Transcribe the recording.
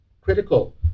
critical